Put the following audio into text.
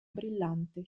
brillante